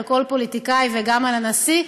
על כל פוליטיקאי וגם על הנשיא.